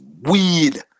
weed